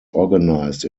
organized